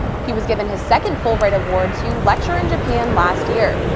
he was given his second fulbright award to lecture in japan last year.